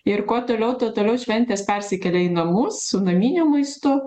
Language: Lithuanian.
ir kuo toliau tuo toliau šventės persikėlė į namus su naminiu maistu